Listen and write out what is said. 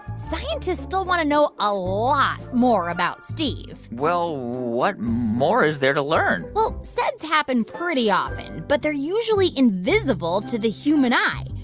scientists still want to know a lot more about steve well, what more is there to learn? well, saids happen pretty often, but they're usually invisible to the human eye.